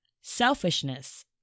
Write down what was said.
Selfishness